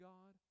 God